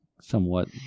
somewhat